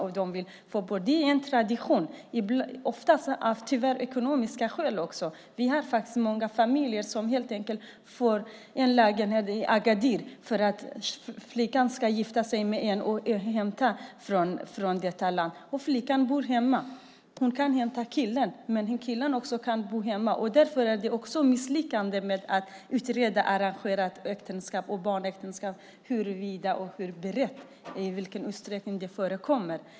Det är en tradition, också ofta av ekonomiska skäl. Familjen får en lägenhet i Agadir för att flickan ska gifta sig med en som hämtas från det landet. Flickan bor hemma. Hon kan hämta killen, men killen kan också bo hemma. Därför är det ett misslyckande med att utreda arrangerat äktenskap och barnäktenskap, hur brett och i vilken utsträckning det förekommer.